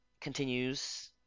continues